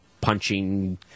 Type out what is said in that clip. punching